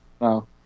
No